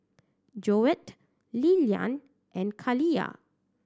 Joette Lilyan and Kaliyah